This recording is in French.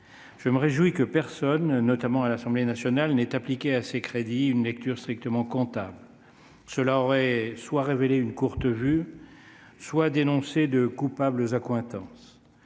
Je me réjouis que personne, notamment à l'Assemblée nationale, n'ait appliqué à ces crédits une lecture strictement comptable. Cela aurait soit révélé une courte vue, soit dénoncé de coupables accointances.